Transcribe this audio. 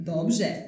Dobrze